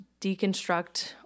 deconstruct